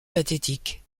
pathétique